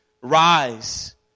Rise